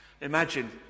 Imagine